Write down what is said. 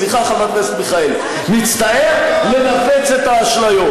סליחה, חברת הכנסת מיכאלי, מצטער לנפץ את האשליות.